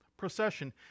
procession